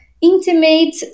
intimate